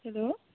hello